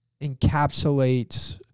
encapsulates